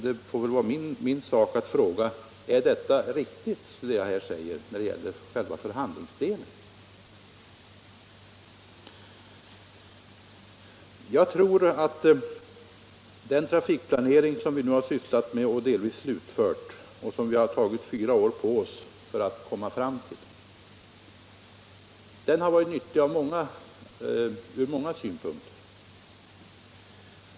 Det får väl vara min sak att fråga: Är detta riktigt när det gäller själva förhandlingsdelen? Jag tror att den trafikplanering som vi nu har sysslat med och delvis slutfört och som vi tagit fyra år på oss för att komma fram till har varit nyttig från många synpunkter.